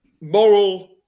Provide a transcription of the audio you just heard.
moral